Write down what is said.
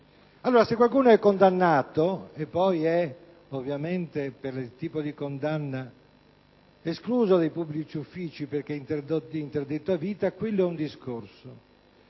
speciale. Se qualcuno è condannato e poi ovviamente, per il tipo di condanna, è escluso dai pubblici uffici perché interdetto a vita, è un discorso.